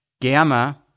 Gamma